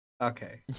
Okay